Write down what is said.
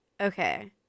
Okay